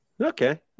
Okay